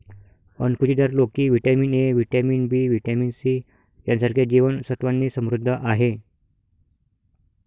अणकुचीदार लोकी vitamin A, vitamin B, vitamin C यांसारख्या जीवन सत्त्वांनी समृद्ध आहे